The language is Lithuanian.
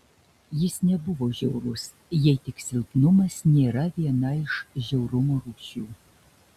jis nebuvo žiaurus jei tik silpnumas nėra viena iš žiaurumo rūšių